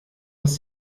dass